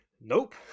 Nope